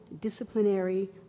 disciplinary